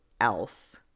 else